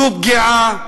זו פגיעה,